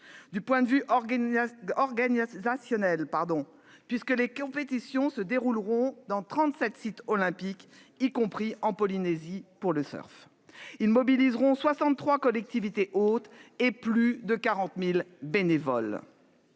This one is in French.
En matière d'organisation, ensuite : les compétitions se dérouleront dans 37 sites olympiques, jusqu'en Polynésie pour le surf, et mobiliseront 63 collectivités hôtes et plus de 40 000 bénévoles.